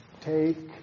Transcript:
Take